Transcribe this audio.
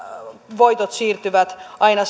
voitot siirtyvät aina